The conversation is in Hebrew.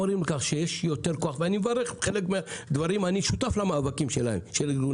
אנחנו מודעים לכך שיש יותר כוח לארגוני הסביבה,